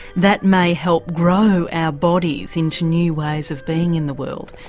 that may help grow our bodies into new ways of being in the world,